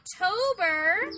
October